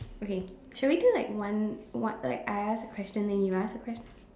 okay should we do like one one like I ask a question then you ask a question